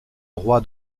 roi